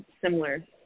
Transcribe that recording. similar